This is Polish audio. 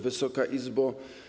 Wysoka Izbo!